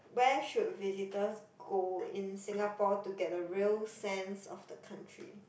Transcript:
where should visitors go in Singapore to get the real sense of the country